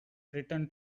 return